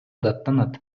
даттанат